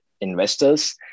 investors